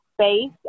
space